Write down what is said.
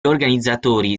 organizzatori